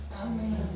Amen